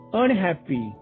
unhappy